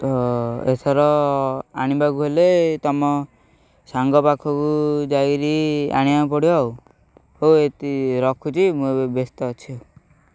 ତ ଏଥର ଆଣିବାକୁ ହେଲେ ତମ ସାଙ୍ଗ ପାଖକୁ ଯାଇକିରି ଆଣିବାକୁ ପଡ଼ିବ ଆଉ ହଉ ଏତିକିରେ ରଖୁଛି ମୁଁ ଏବେ ବ୍ୟସ୍ତ ଅଛି ଆଉ